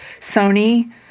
Sony